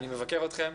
אני מבקר אתכם,